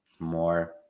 more